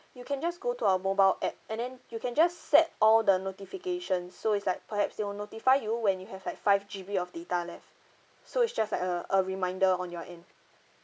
you can just go to our mobile app and then you can just set all the notifications so it's like perhaps they will notify you when you have like five G_B of data left so it's just like a a reminder on your end